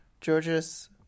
Georges